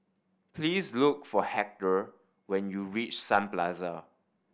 please look for Hector when you reach Sun Plaza